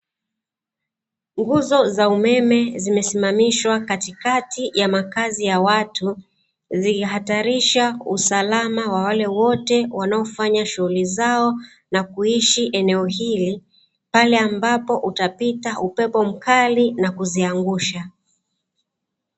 Nguzo za umeme zimesimamishwa katikati ya makazi ya watu, zikihatarisha usalama wa wale wote wanaofanya shughuli zao na kuishi eneo hili, pale ambapo utapita upepo mkali na kuziangusha.